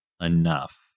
enough